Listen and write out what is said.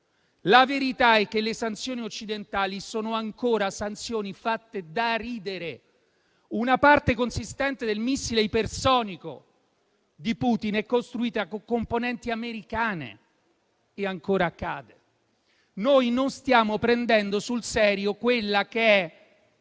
La verità è che le sanzioni occidentali sono ancora fatte da ridere: una parte consistente del missile ipersonico di Putin è costruita con componenti americane, e ancora accade. Noi non stiamo prendendo sul serio un